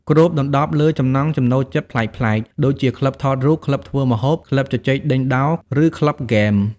គ្របដណ្តប់លើចំណង់ចំណូលចិត្តប្លែកៗ ដូចជា ក្លឹបថតរូប ក្លឹបធ្វើម្ហូប ក្លឹបជជែកដេញដោល ឬក្លឹបហ្គេម។